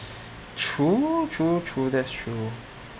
true true true that's true